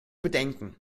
bedenken